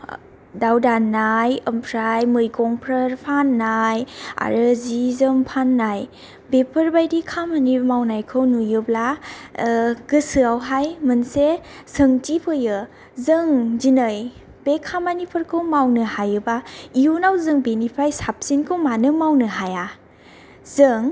दाउ दाननाय ओमफ्राय मैगंफोर फाननाय आरो जि जोम फाननाय बेफोरबायदि खामानि मावनायखौ नुयोब्ला गोसोआवहाय मोनसे सोंथि फैयो जों दिनै बे खामानिफोरखौ मावनो हायोबा इयुनाव जों बिनिफ्राय साबसिनखौ मानो मावनो हाया जों